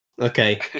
Okay